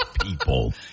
people